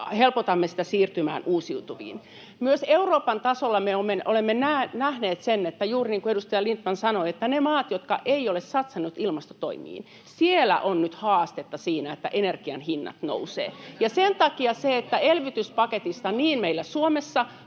helpotamme siirtymää uusiutuviin. Myös Euroopan tasolla me olemme nähneet — juuri niin kuin edustaja Lindtman sanoi —, että niissä maissa, jotka eivät ole satsanneet ilmastotoimiin, on nyt haastetta siinä, että energian hinnat nousevat. Sen takia se, että elvytyspaketista niin meillä Suomessa